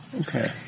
Okay